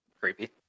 creepy